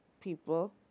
people